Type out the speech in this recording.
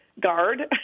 guard